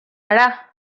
gara